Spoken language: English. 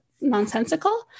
nonsensical